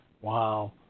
wow